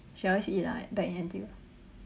she always eat lah back in N_T_U